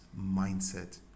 mindset